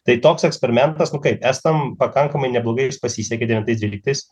tai toks eksperimentas nu kaip estam pakankamai neblogai jis pasisekė devintais dvyliktais